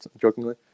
jokingly